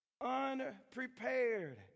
Unprepared